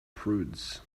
prudes